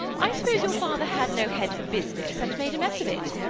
i suppose your father had no head for business, and made a mess of it.